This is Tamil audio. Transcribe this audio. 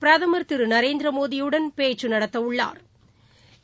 பிரதமர் திருநரேந்திரமோடியுடன் பேச்சுநடத்துவுள்ளாா்